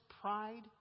pride